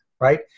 right